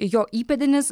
jo įpėdinis